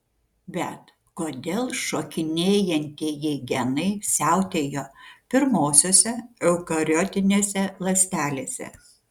bet kodėl šokinėjantieji genai siautėjo pirmosiose eukariotinėse ląstelėse